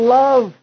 love